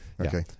Okay